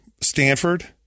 Stanford